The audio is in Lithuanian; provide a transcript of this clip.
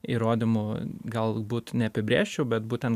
įrodymų galbūt neapibrėžčiau bet būtent